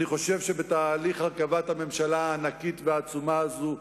אני חושב שבתהליך הרכבת הממשלה הענקית והעצומה הזו,